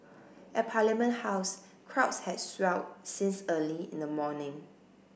at Parliament House crowds had swelled since early in the morning